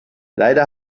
leider